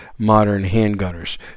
ModernHandGunners